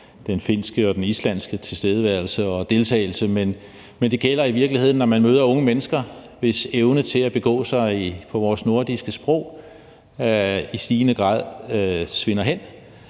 den finske og den islandske tilstedeværelse og deltagelse, men det gælder i virkeligheden, når man møder unge mennesker, hvis evne til at begå sig på vores nordiske sprog i stigende grad svinder hen.